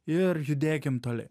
ir judėkim toliau